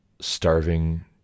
starving